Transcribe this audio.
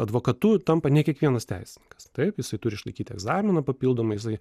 advokatu tampa ne kiekvienas teisininkas taip jisai turi išlaikyti egzaminą papildomai jisai